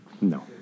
No